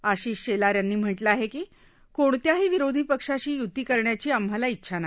आशिष शेलार यांनी म्हटलं आहे की कोणत्याही विरोधी पक्षाशी य्ती करण्याची आम्हाला इच्छा नाही